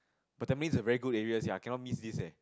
but Tampines a very good area sia cannot miss this leh